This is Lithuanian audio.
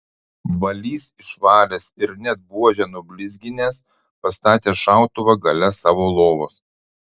valys išvalęs ir net buožę nublizginęs pastatė šautuvą gale savo lovos